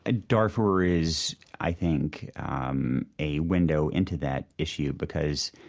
ah darfur is, i think, um a window into that issue because,